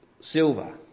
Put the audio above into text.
silver